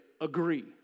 agree